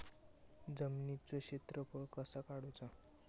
जमिनीचो क्षेत्रफळ कसा काढुचा?